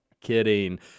Kidding